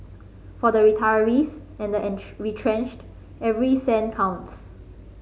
for the retirees and the retrenched every cent counts